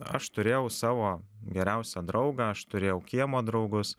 aš turėjau savo geriausią draugą aš turėjau kiemo draugus